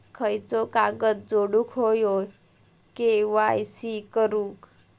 खयचो कागद जोडुक होयो के.वाय.सी करूक?